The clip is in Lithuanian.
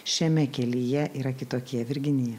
šiame kelyje yra kitokie virginija